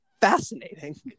fascinating